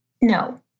No